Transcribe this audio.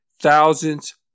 thousands